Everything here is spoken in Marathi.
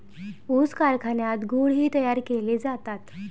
ऊस कारखान्यात गुळ ही तयार केले जातात